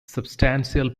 substantial